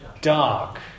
dark